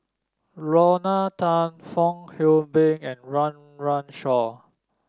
Lorna Tan Fong Hoe Beng and Run Run Shaw